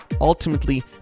ultimately